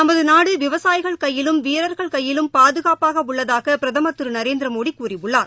நமது நாடு விவசாயிகள் கையிலும் வீரர்கள் கையிலும் பாதுகாப்பாக உள்ளதாக பிரதமர் திரு நரேந்திரமோடி கூறியுள்ளார்